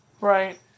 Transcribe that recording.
Right